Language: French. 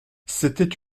c’était